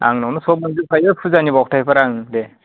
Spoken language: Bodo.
आंनावनो सब मोनजोब खायो फुजानि बावथाइफोरा ओं दे